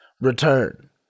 return